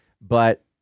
But-